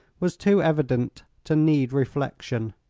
was too evident to need reflection.